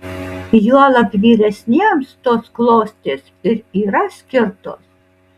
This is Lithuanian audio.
juolab vyresniems tos klostės ir yra skirtos